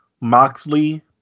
Moxley